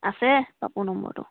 আছে পাপুৰ নম্বৰটো